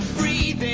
read